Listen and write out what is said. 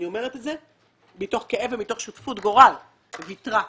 אני אומרת את זה מתוך כאב ומתוך שותפות גורל ויתרה.